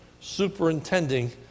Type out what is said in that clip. superintending